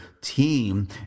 team